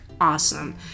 awesome